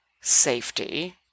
safety